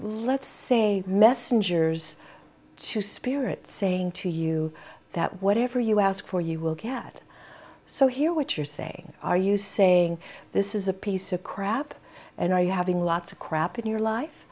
let's say messengers to spirit saying to you that whatever you ask for you will get so hear what you're saying are you saying this is a piece of crap and are you having lots of crap in your life